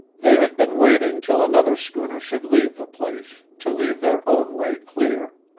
they had been waiting till another schooner should leave the place, to leave their own way clear.